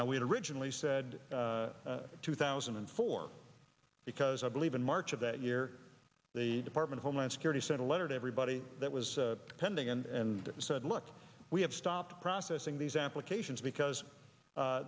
now we originally said two thousand and four because i believe in march of that year the department of homeland security sent a letter to everybody that was pending and said look we have stopped processing these applications because